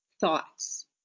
thoughts